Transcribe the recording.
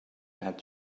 had